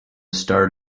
start